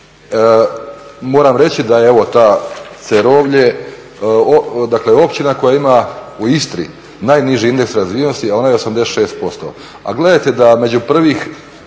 moram reći da je evo to Cerovlje općina koja ima u Istri najniži indeks razvijenost a onda je 86%. A gledajte da među prvih